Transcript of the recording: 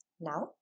Now